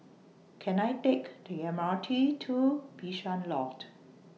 Can I Take The M R T to Bishan Loft